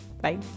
bye